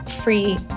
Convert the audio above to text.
free